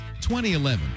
2011